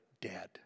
dead